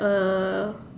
uh